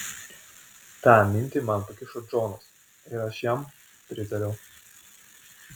tą minti man pakišo džonas ir aš jam pritariau